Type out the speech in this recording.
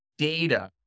data